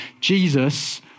Jesus